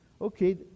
Okay